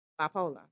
bipolar